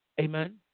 Amen